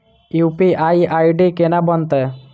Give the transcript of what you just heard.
UPI ID केना बनतै?